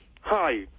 Hi